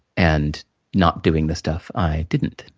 and not doing the stuff i didn't.